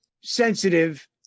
sensitive